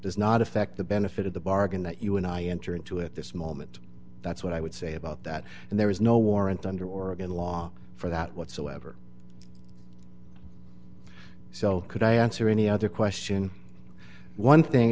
does not affect the benefit of the bargain that you and i enter into at this moment that's what i would say about that and there is no warrant under oregon law for that whatsoever so could i answer any other question one thing